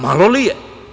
Malo li je.